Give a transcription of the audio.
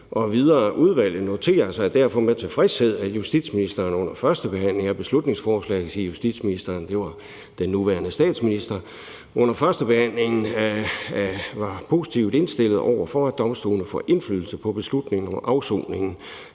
justitsministeren – og det var den nuværende statsminister – under førstebehandlingen af beslutningsforslaget var positivt indstillet over for, at domstolene får indflydelse på beslutningen om afsoningen,